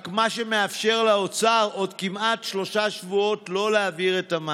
מה שמאפשר לאוצר עוד כמעט שלושה שבועות לא להעביר את המענקים.